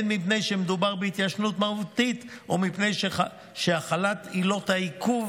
הן מפני שמדובר בהתיישנות מהותית או מפני שהחלת עילות העיכוב